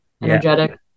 Energetic